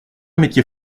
métier